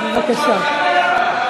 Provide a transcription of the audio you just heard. בבקשה.